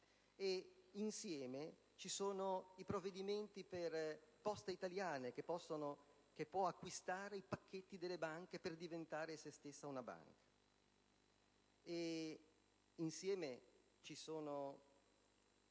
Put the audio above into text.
Insieme ci sono i provvedimenti per Poste italiane, che può acquistare pacchetti delle banche per diventare essa stessa una banca.